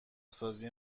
سازی